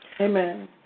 Amen